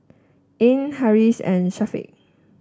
Ain Harris and Syafiq